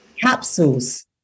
Capsules